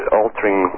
altering